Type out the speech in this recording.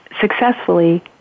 successfully